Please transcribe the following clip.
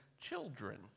children